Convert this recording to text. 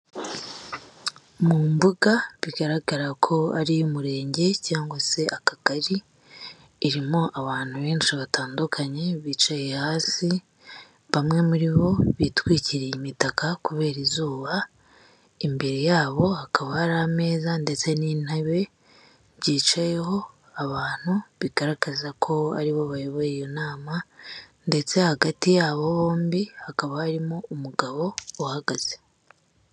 Mu mbuga bigaragara ko ari iy'umurenge cyangwa se akagari irimo abantu benshi batandukanye bicaye hasi, bamwe muri bo bitwikiriye imitaka kubera izuba, imbere yabo hakaba hari ameza ndetse n'intebe byicayeho abantu bigaragaza ko aribo bayoboye iyo nama, ndetse hagati yabo bombi hakaba harimo umugabo uhagaze.